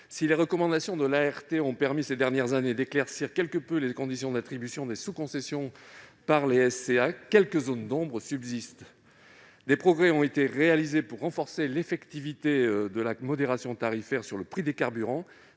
si les recommandations de l'ART ont permis, au cours des dernières années, d'éclaircir quelque peu les conditions d'attribution des sous-concessions par les SCA, quelques zones d'ombre subsistent. Des progrès ont été réalisés pour renforcer l'effectivité de la modération tarifaire sur le prix des carburants,